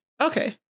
Okay